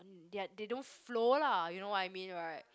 ya they don't flow lah you know what I mean right